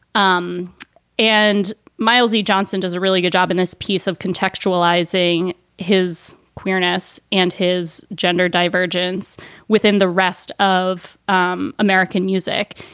um and miles johnson does a really good job in this piece of contextualizing his queerness and his gender divergence within the rest of um american music.